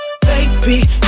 Baby